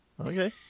Okay